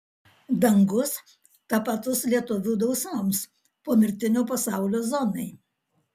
dangus tapatus lietuvių dausoms pomirtinio pasaulio zonai